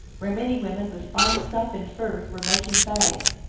where many women with fine stuff and furs were making bags.